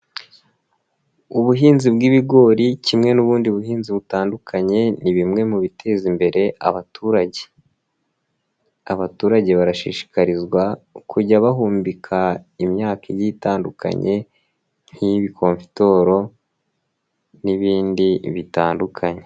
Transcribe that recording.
Ubuhinzi bw'ibigori kimwe n'ubundi buhinzi butandukanye ni bimwe mu biteza imbere abaturage, abaturage barashishikarizwa kujya bahumbika imyaka igiye itandukanye nk'ibikonfitoro n'ibindi bitandukanye.